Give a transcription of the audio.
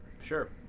Sure